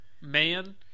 man